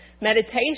Meditation